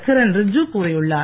கிரண் ரிட்ஜூ கூறியுள்ளார்